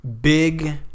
big